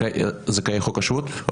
הם זכאי חוק השבות?